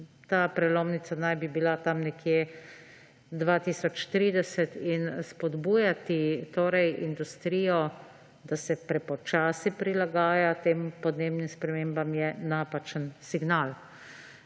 Ta prelomnica naj bi bila tam nekje leta 2030. In spodbujati industrijo, da se prepočasi prilagaja tem podnebnim sprememb, je napačen signal.